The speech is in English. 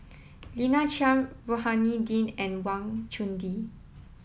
Lina Chiam Rohani Din and Wang Chunde